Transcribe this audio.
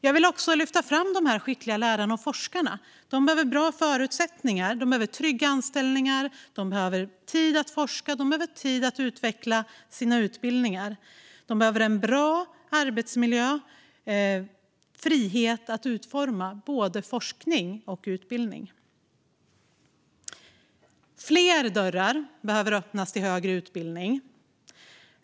Jag vill också lyfta fram de skickliga lärarna och forskarna. De behöver bra förutsättningar. De behöver trygga anställningar. De behöver tid att forska. De behöver tid att utveckla sina utbildningar. De behöver en bra arbetsmiljö och frihet att utforma både forskning och utbildning. Fler dörrar behöver öppnas till högre utbildning.